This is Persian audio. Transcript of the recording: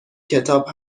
کتاب